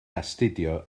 astudio